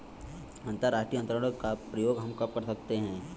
अंतर्राष्ट्रीय अंतरण का प्रयोग हम कब कर सकते हैं?